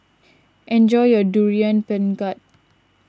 enjoy your Durian Pengat